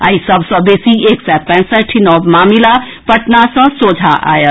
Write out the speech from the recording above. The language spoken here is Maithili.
आइ सभ सँ बेसी एक सय पैंसठि नव मामिला पटना सँ सोझा आएल